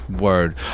word